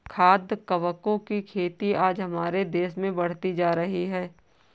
खाद्य कवकों की खेती आज हमारे देश में बढ़ती जा रही है